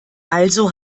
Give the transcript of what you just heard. also